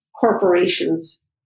corporations